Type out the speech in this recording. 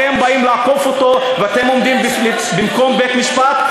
אתם באים לעקוף אותו ואתם עומדים במקום בית-המשפט.